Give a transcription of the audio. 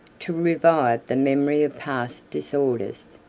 to revive the memory of past disorders.